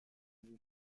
vue